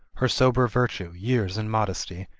her sober virtue, years, and modesty,